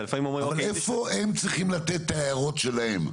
איפה הם צריכים לתת את ההערות שלהם,